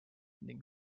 ning